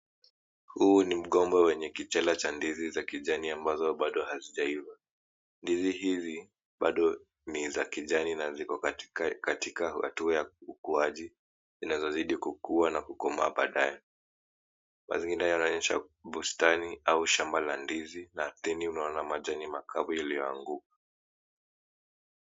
Huu ni mgomba wenye kichala cha ndizi za kijani ambazo bado hazijaiva. Ndizi hizi bado ni za kijani na ziko katika hatua ya ukuaji, zinazozidi kukua na kukomaa baadaye. Mazingira yanaonyesha bustani au shamba la ndizi na chini ardhini unaona majani makavu yaliyoanguka.